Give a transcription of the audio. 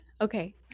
Okay